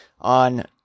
on